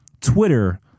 Twitter